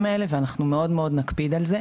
האלה ואנחנו מאוד מאוד נקפיד על זה.